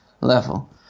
level